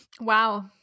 Wow